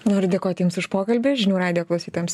noriu dėkoti jums už pokalbį žinių radijo klausytojams